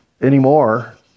Anymore